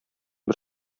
бер